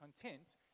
content